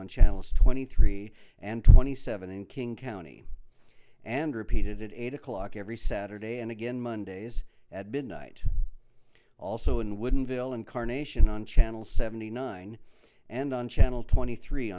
on challenge twenty three and twenty seven in king county and repeated it eight o'clock every saturday and again mondays at midnight also in wouldn't fill incarnation on channel seventy nine and on channel twenty three